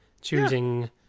choosing